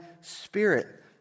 spirit